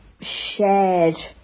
shared